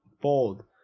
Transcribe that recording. Bold